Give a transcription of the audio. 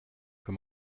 für